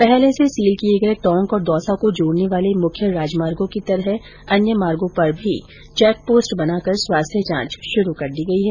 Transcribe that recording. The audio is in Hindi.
पहले से सील किये गये टोंक और दौसा को जोडने वाले मुख्य राजमार्गो की तरह अन्य मार्गो पर भी चेकपोस्ट बनाकर स्वास्थ्य जांच शुरू कर दी गई है